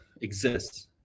exists